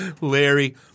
Larry